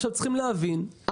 צריכים להבין.